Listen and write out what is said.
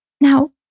Now